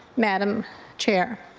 madam chair.